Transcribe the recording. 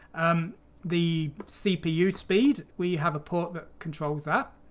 um the cpu speed, we have a port that controls that.